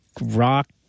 rock